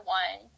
one